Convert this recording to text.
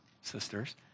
sisters